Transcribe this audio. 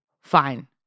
Fine